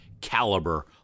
caliber